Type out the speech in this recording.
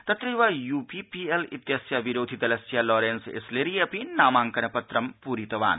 तत्रैव यूपीपीएल इत्यस्य विरोधिदलस्य लोरंस इस्लीअपि नामांकनपत्रं पूरितवान्